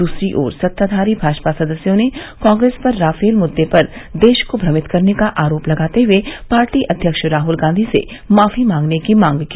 दूसरी ओर सत्ताधारी भाजपा सदस्यों ने कांग्रेस पर राफेल मुद्दे पर देश को भ्रमित करने का आरोप लगाते हुए पार्टी अध्यक्ष राहुल गांधी से माफी मांगने की मांग की